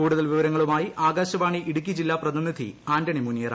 കൂടുതൽ വിവരങ്ങളുമായി ആകാശവാണി ഇടുക്കി ജില്ലാ പ്രതിനിധി ആന്റണി മുനിയറ